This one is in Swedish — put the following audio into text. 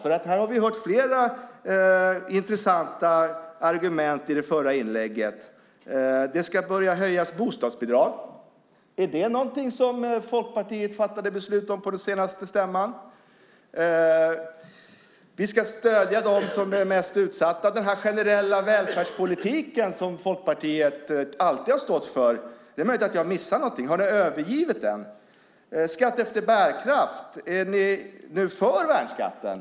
Vi har hört flera intressanta argument i Gunnar Andréns inlägg. Det ska börja höjas bostadsbidrag. Är det någonting som Folkpartiet fattade beslut om på den senaste stämman? Man ska stödja dem som är mest utsatta. Har ni övergivit den generella välfärdspolitiken, som Folkpartiet alltid har stått för? Det är möjligt att jag har missat någonting. Gunnar Andrén talar om skatt efter bärkraft. Är ni nu för värnskatten?